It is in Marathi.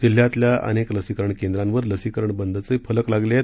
जिल्ह्यातल्या अनेक लसीकरण केंद्रांवर लसीकरण बंदचे फलक लागलं आहेत